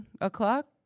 o'clock